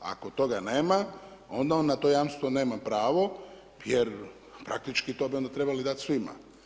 Ako toga nema, onda on na to jamstvo nema pravo jer praktički to bi onda trebali dati svima.